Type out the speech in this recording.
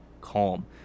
calm